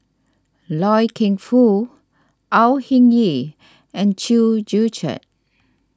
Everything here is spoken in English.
Loy Keng Foo Au Hing Yee and Chew Joo Chiat